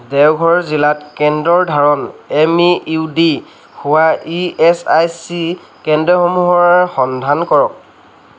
দেওঘৰ জিলাত কেন্দ্ৰৰ ধাৰণ এম ই ইউ ডি হোৱা ই এছ আই চি কেন্দ্ৰসমূহৰ সন্ধান কৰক